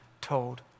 told